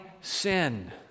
sin